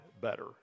better